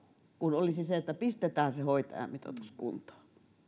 kuin olisi se että pistetään se hoitajamitoitus kuntoon